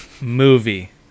Movie